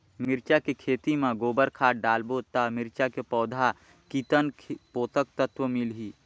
मिरचा के खेती मां गोबर खाद डालबो ता मिरचा के पौधा कितन पोषक तत्व मिलही?